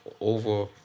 over